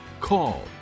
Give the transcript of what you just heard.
call